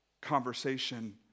conversation